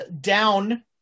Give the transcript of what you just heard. down